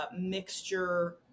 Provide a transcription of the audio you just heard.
mixture